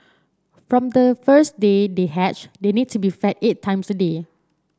from the first day they hatch they need to be fed eight times a day